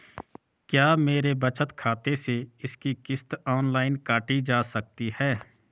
क्या मेरे बचत खाते से इसकी किश्त ऑनलाइन काटी जा सकती है?